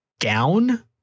gown